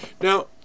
Now